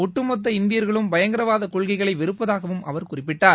ஒட்டுமொத்த இந்தியர்களும் பயங்கரவாத கொள்கைகளை வெறுப்பதாகவும் அவர் குறிப்பிட்டார்